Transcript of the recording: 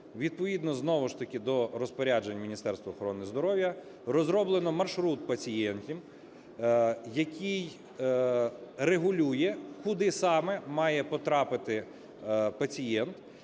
відповідно, знову ж таки, до розпорядження Міністерства охорони здоров'я, розроблено маршрут пацієнтів, який регулює, куди саме має потрапити пацієнт,